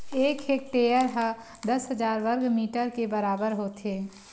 एक हेक्टेअर हा दस हजार वर्ग मीटर के बराबर होथे